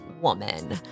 woman